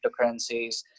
cryptocurrencies